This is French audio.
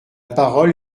parole